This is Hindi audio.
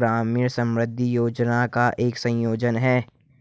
ग्राम समृद्धि योजना का एक संयोजन है